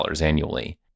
annually